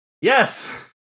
Yes